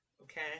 okay